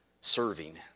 serving